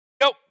Go